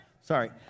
sorry